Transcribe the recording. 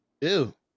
Ew